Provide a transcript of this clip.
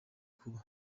kuba